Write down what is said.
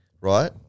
right